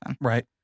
Right